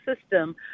system